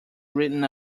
written